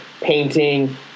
painting